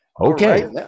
okay